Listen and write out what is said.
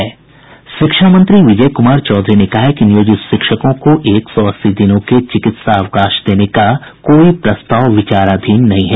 शिक्षा मंत्री विजय कुमार चौधरी ने कहा है कि नियोजित शिक्षकों को एक सौ अस्सी दिनों के चिकित्सा अवकाश देने का कोई प्रस्ताव विचाराधीन नहीं है